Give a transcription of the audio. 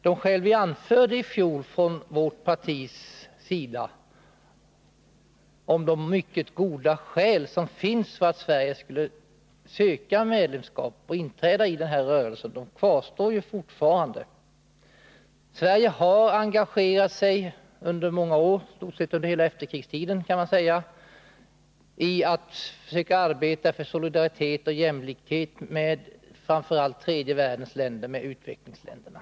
De mycket goda skäl som från vårt partis sida i fjol anfördes för att Sverige skulle söka medlemskap i rörelsen kvarstår fortfarande. Sverige har engagerat sig under många år — i stort sett under hela efterkrigstiden — i att arbeta för solidaritet och jämlikhet med framför allt tredje världens länder, utvecklingsländerna.